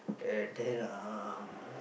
and then um